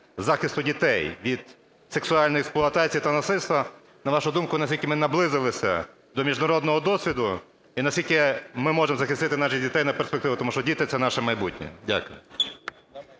захисту дітей від сексуальної експлуатації та насильства. На вашу думку, наскільки ми наблизилися до міжнародного досвіду і наскільки ми можемо захистити наших дітей на перспективу? Тому що діти – це наше майбутнє. Дякую.